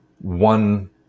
one